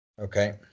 okay